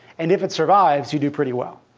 and if it survives, you do pretty well,